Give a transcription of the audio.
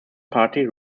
party